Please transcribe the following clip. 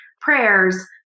prayers